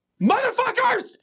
motherfuckers